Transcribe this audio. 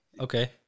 Okay